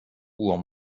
uhr